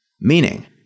Meaning